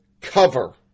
cover